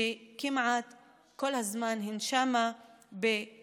כמעט כל הזמן הן שם לבד.